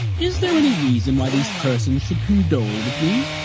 is there any reason why these persons should condole with me?